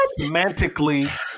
semantically